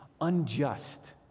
unjust